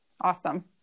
Awesome